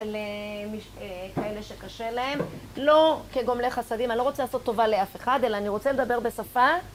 כאלה שקשה להם, לא כגומלי חסדים, אני לא רוצה לעשות טובה לאף אחד, אלא אני רוצה לדבר בשפה.